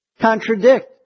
contradict